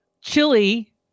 Chili